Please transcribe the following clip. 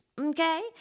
Okay